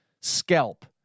scalp